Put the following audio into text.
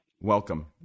Welcome